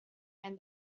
and